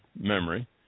memory